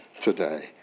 today